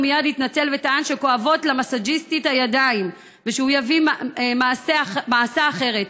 הוא מייד התנצל וטען שכואבות למסאז'יסטית הידיים ושהוא יביא מעסה אחרת.